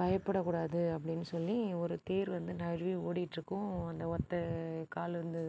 பயப்பட கூடாது அப்டின்னு சொல்லி ஒரு தேர் வந்து நழுவி ஓடிட்டிருக்கும் அந்த ஒற்றை கால் வந்து